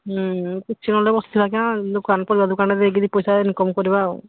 ହୁଁ କିଛି ନହେଲେ ବସିଥିବା କିଆଁ ଦୋକାନ ତ ଦୋକାନରେ ଦେଇକି ଦୁଇ ପଇସା ଇନକମ୍ କରିବା ଆଉ